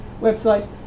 website